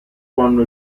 quando